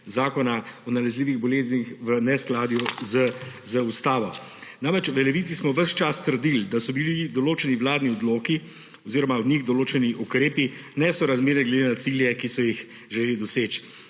Zakona o nalezljivih boleznih v neskladju z Ustavo. Namreč v Levici smo ves čas trdili, da so bili določeni vladni odloki oziroma v njih določeni ukrepi nesorazmerni glede na cilje, ki so jih želeli doseči.